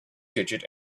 digit